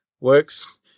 works